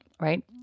right